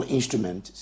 instrument